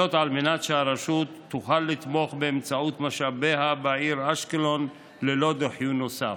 שהרשות תוכל לתמוך באמצעות משאביה בעיר אשקלון ללא דיחוי נוסף.